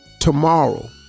tomorrow